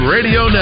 Radio